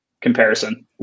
comparison